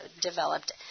developed